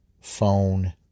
phone